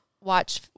watch